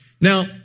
Now